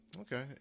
Okay